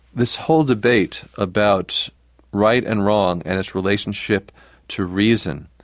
this whole debate about right and wrong, and its relationship to reason,